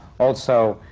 also,